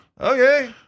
Okay